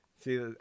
See